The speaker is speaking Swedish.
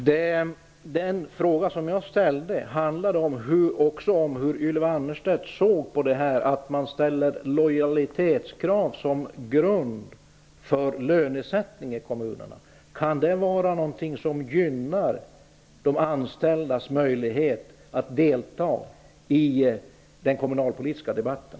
Herr talman! Den fråga som jag ställde handlade också om hur Ylva Annersted såg på att man ställer lojalitetskrav som grund för lönesättning i kommunerna. Kan det vara någonting som gynnar de anställdas möjlighet att delta i den kommunalpolitiska debatten?